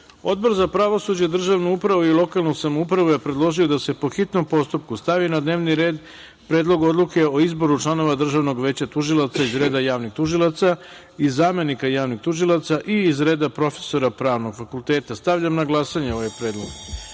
za pravosuđe, državnu upravu i lokalnu samoupravu je predložio da se, po hitnom postupku, stavi na dnevni red Predlog odluke o izboru članova Državnog veća tužilaca iz reda javnih tužilaca i zamenika javnih tužilaca i iz reda profesora Pravnog fakulteta. Stavljam na glasanje ovaj predlog. Molim